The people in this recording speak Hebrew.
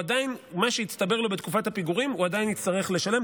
מה שהצטבר לו בתקופת הפיגורים הוא עדיין יצטרך לשלם.